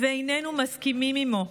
ואיננו מסכימים עימו,